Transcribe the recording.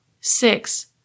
Six